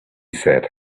said